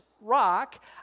rock